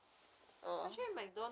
rainbow cake one small slice ah